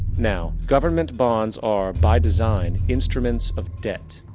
now, government bonds are by design instruments of debt.